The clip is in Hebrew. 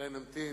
אולי נמתין.